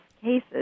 cases